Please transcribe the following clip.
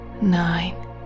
Nine